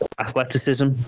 athleticism